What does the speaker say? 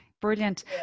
Brilliant